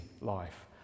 life